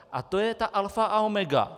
A to je ta alfa a omega.